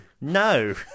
no